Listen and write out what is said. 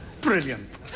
Brilliant